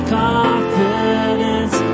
confidence